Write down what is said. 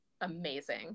amazing